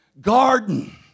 garden